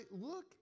look